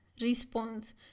response